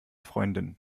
freundin